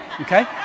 Okay